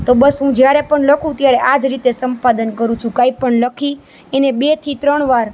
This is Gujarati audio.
તો બસ હું જ્યારે પણ લખું ત્યારે આ જ રીતે સંપાદન કરું છું કાંઈ પણ લખી એને બેથી ત્રણ વાર